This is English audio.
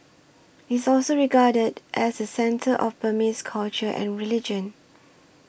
it's also regarded as the centre of Burmese culture and religion